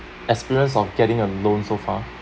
experience of getting a loan so far